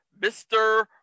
Mr